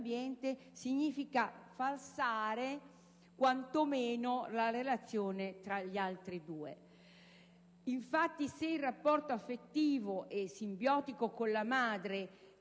significa falsare quantomeno la relazione tra gli altri due. Se il rapporto affettivo e simbiotico con la madre,